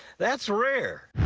that's rare.